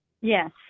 Yes